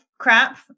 crap